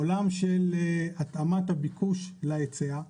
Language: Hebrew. בעולם של התאמת הביקוש להיצע,